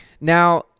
Now